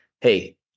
hey